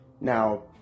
now